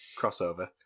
crossover